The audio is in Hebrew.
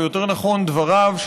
או יותר נכון דבריו,